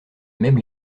même